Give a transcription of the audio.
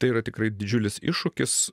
tai yra tikrai didžiulis iššūkis